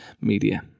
media